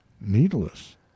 needless